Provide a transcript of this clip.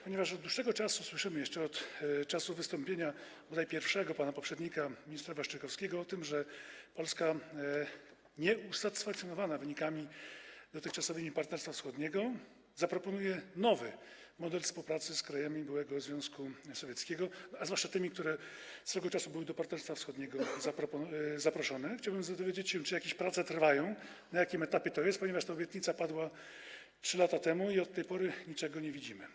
Ponieważ od dłuższego czasu, jeszcze od czasu bodaj pierwszego wystąpienia pana poprzednika, ministra Waszczykowskiego, słyszymy o tym, że Polska, nieusatysfakcjonowana dotychczasowymi wynikami Partnerstwa Wschodniego, zaproponuje nowy model współpracy z krajami byłego Związku Sowieckiego, a zwłaszcza z tymi, które swego czasu były do Partnerstwa Wschodniego zaproszone, chciałbym dowiedzieć się, czy jakieś prace trwają, na jakim etapie to jest, ponieważ ta obietnica padła 3 lata temu i od tej pory niczego nie widzimy.